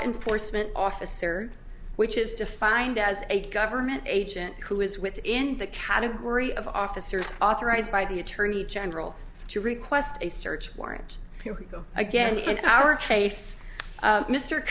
enforcement officer which is defined as a government agent who is within the category of officers authorized by the attorney general to request a search warrant you go again in our case